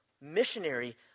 missionary